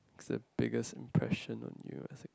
is a biggest impression on you as in